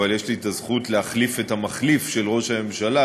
אבל יש לי הזכות להחליף את המחליף של ראש הממשלה,